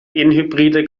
hybride